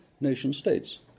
nation-states